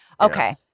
Okay